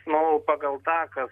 nu pagal tą kas